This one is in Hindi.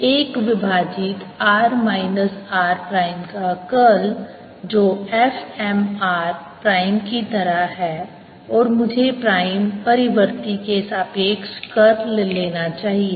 इसलिए 1 विभाजित r माइनस r प्राइम का कर्ल जो f M r प्राइम की तरह है और मुझे प्राइम परिवर्ती के सापेक्ष कर्ल लेना चाहिए